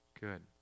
Good